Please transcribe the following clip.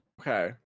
Okay